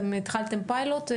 אתם התחלתם פיילוט.